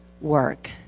work